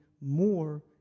more